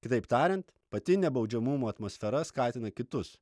kitaip tariant pati nebaudžiamumo atmosfera skatina kitus